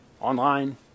online